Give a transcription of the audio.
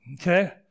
Okay